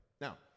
Now